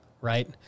Right